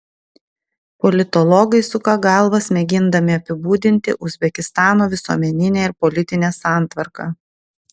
politologai suka galvas mėgindami apibūdinti uzbekistano visuomeninę ir politinę santvarką